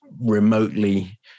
remotely